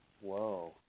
Whoa